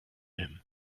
him